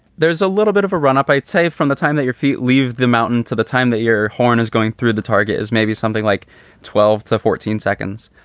there's a little bit of a run up. i say, from the time that your feet leave the mountain to the time that your horn is going through, the target is maybe something like twelve to fourteen seconds.